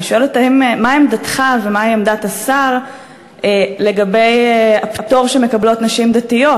אני שואלת מהי עמדתך ומהי עמדת השר לגבי הפטור שמקבלות נשים דתיות,